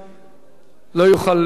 לדבר אחרי כן.